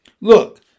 Look